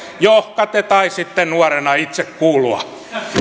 johonka te taisitte nuorena itse kuulua